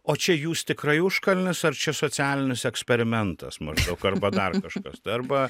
o čia jūs tikrai užkalnis ar čia socialinis eksperimentas maždaug arba dar kažkas tai arba